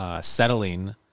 Settling